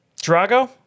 Drago